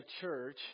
church